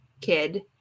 kid